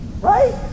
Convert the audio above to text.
Right